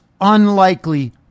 unlikely